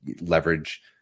leverage